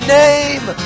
name